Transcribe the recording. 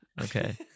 Okay